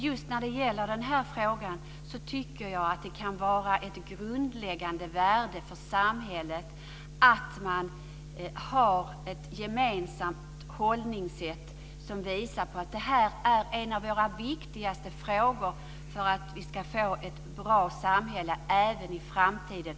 Just när det gäller den här frågan tycker jag dock att det kan ligga ett grundläggande värde för samhället i ett gemensamt förhållningssätt som visar att det här är något av det viktigaste för att vi ska få ett bra samhälle även i framtiden.